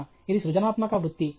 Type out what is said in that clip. ఇది సృజనాత్మక వృత్తి